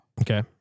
Okay